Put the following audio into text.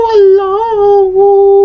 alone